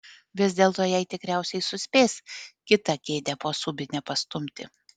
vis dėlto jai tikriausiai suspės kitą kėdę po subine pastumti